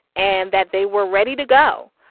and that they were ready to go.